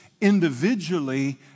individually